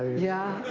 yeah,